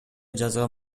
жазган